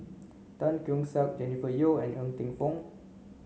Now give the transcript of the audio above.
Tan Keong Saik Jennifer Yeo and Ng Teng Fong